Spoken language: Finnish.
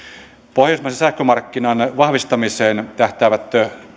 pohjoismaisen sähkömarkkinan vahvistamiseen tähtäävät